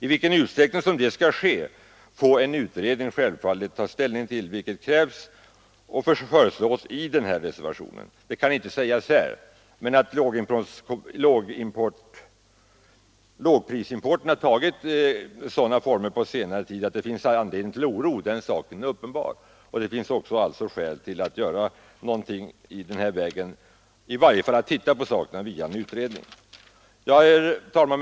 I vilken utsträckning det skall ske får självfallet en utredning ta ställning till, vilket föreslås i den här reservationen. Det är uppenbart att lågprisimporten har tagit sådana former på senare tid att man har anledning till oro, och det finns alltså skäl att göra någonting — i varje fall att se på saken via en utredning. Herr talman!